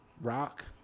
Rock